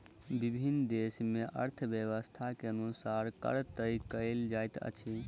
विभिन्न देस मे अर्थव्यवस्था के अनुसार कर तय कयल जाइत अछि